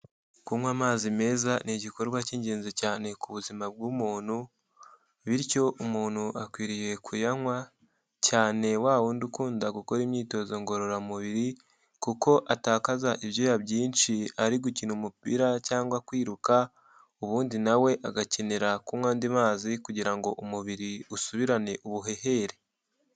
Kunywa amazi meza ni igikorwa cy'ingenzi cyane ku buzima bw'umuntu, bityo umuntu akwiriye kuyanywa, cyane wa wundi ukunda gukora imyitozo ngororamubiri kuko atakaza ibyuya byinshi ari gukina umupira, cyangwa kwiruka, ubundi na we agakenera kunywa andi mazi kugira ngo umubiri usubirane ubuhehere.